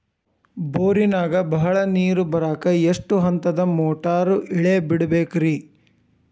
ಬೋರಿನಾಗ ಬಹಳ ನೇರು ಬರಾಕ ಎಷ್ಟು ಹಂತದ ಮೋಟಾರ್ ಇಳೆ ಬಿಡಬೇಕು ರಿ?